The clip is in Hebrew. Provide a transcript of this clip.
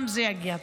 גם זה יגיע.